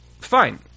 fine